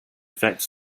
facts